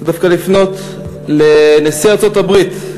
אני רוצה דווקא לפנות לנשיא ארצות-הברית,